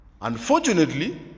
Unfortunately